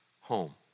home